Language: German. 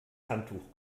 handtuch